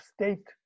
state